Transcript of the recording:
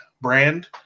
brand